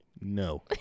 No